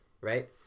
right